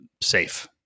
safe